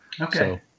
Okay